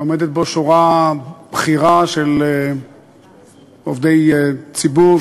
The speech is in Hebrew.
שעומדת בו שורה בכירה של עובדי ציבור,